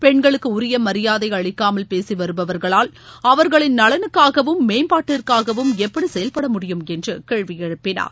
பெண்களுக்கு உரிய மரியாதை அளிக்காமல் பேசி வருபவர்களால் அவர்களின் நலனுக்காகவும் மேம்பாட்டிற்காகவும் எப்படி செயல்பட முடியும் என்று கேள்வி எழுப்பினார்